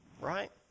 Right